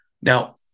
Now